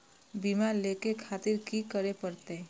बीमा लेके खातिर की करें परतें?